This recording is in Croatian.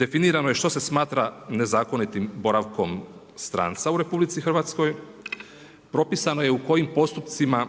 Definirano je što se smatra nezakonitim boravkom stranca u RH. Propisano je u kojim postupcima